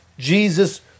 Jesus